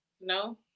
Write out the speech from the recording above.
No